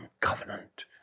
covenant